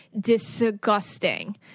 disgusting